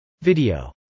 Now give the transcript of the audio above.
Video